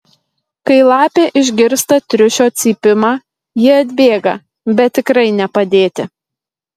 kai lapė išgirsta triušio cypimą ji atbėga bet tikrai ne padėti